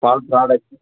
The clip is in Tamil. பால் ப்ராடெக்ட்